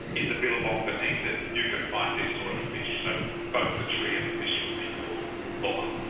in the billabong beneath it you can find this sort of fish. so both the tree and the fish would be called bokorn.